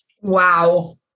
Wow